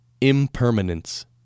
impermanence